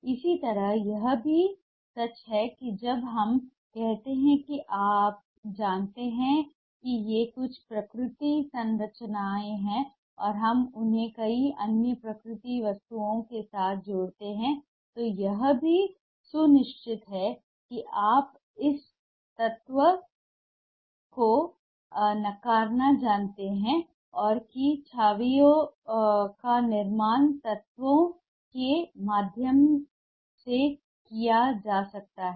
इसी तरह यह भी सच है कि जब हम कहते हैं कि आप जानते हैं कि ये कुछ प्राकृतिक संरचनाएं हैं और हम उन्हें कई अन्य प्राकृतिक वस्तुओं के साथ जोड़ते हैं तो यह भी सुनिश्चित है कि आप इस तथ्य को नकारना जानते हैं कि छवियों का निर्माण तत्वों के माध्यम से किया जा सकता है